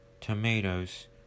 tomatoes